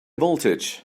voltage